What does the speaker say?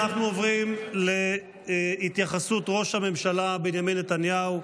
אנחנו עוברים להתייחסות ראש הממשלה בנימין נתניהו,